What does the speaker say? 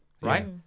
right